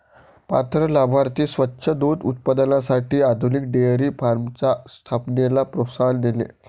पात्र लाभार्थी स्वच्छ दूध उत्पादनासाठी आधुनिक डेअरी फार्मच्या स्थापनेला प्रोत्साहन देणे